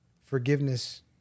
forgiveness